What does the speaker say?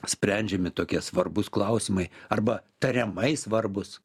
sprendžiami tokie svarbūs klausimai arba tariamai svarbūs